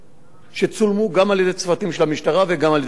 שצולמו גם על-ידי צוותים של המשטרה וגם על-ידי התקשורת.